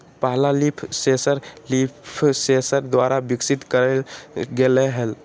पहला leaf sensor LeafSens द्वारा विकसित कइल गेलय हल